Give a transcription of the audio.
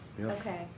Okay